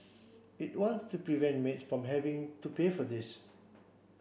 it wants to prevent maids from having to pay for this